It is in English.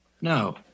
No